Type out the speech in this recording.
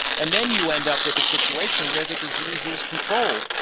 and then you end up with a situation where the disease is controlled,